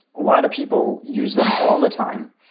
a lot of people use them all the time.